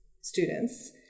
students